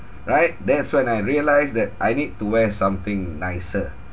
right that's when I realised that I need to wear something nicer